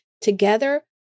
Together